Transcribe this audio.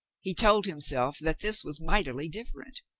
he told himself that this was mightily different.